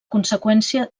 conseqüència